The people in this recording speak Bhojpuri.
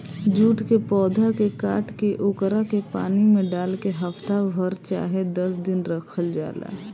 जूट के पौधा के काट के ओकरा के पानी में डाल के हफ्ता भर चाहे दस दिन रखल जाला